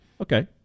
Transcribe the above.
Okay